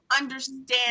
understand